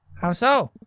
how so?